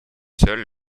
seul